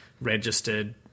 registered